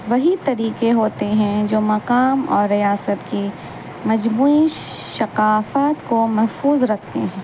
وہی طریقے ہوتے ہیں جو مقام اور ریاست کی مجموعی شثقافات کو محفوظ رکھتے ہیں